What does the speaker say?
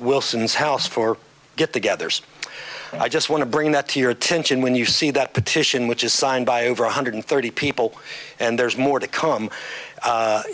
wilson's house for get togethers i just want to bring that to your attention when you see that petition which is signed by over one hundred thirty people and there's more to come i